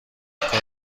کار